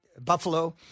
Buffalo